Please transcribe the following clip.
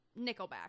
Nickelback